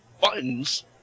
buttons